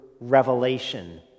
revelation